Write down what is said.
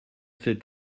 cet